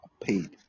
paid